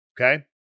Okay